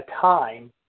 time